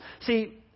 see